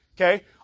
Okay